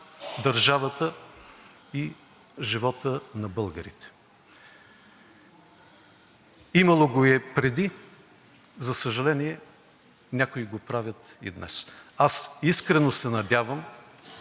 държавата и живота на българите. Имало го е и преди, за съжаление, някои го правят и днес. Аз искрено се надявам,